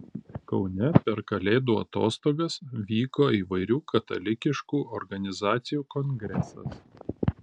kaune per kalėdų atostogas vyko įvairių katalikiškų organizacijų kongresas